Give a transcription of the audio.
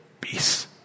peace